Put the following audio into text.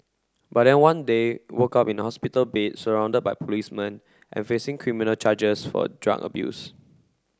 but then one day woke up in a hospital bed surrounded by policemen and facing criminal charges for drug abuse